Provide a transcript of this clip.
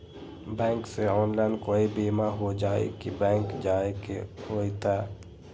Bank से online कोई बिमा हो जाई कि बैंक जाए के होई त?